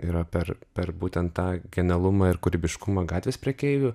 yra per per būtent tą genialumą ir kūrybiškumą gatvės prekeivių